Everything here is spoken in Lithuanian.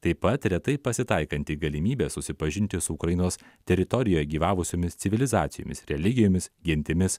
taip pat retai pasitaikanti galimybė susipažinti su ukrainos teritorijoje gyvavusiomis civilizacijomis religijomis gentimis